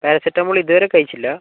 paracetamol ഇതുവരെ കഴിച്ചില്ല